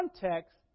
context